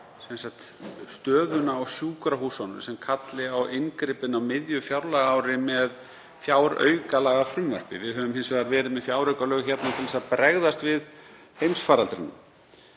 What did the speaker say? varðandi stöðuna á sjúkrahúsunum sem kalli á inngrip á miðju fjárlagaári með fjáraukalagafrumvarpi. Við höfum hins vegar verið með fjáraukalög til að bregðast við heimsfaraldri.